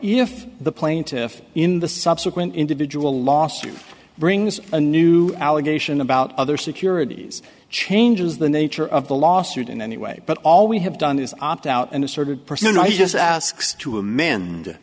if the plaintiff in the subsequent individual last year brings a new allegation about other securities changes the nature of the lawsuit in any way but all we have done is opt out and asserted pursue not just asks to amend